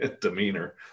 demeanor